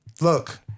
look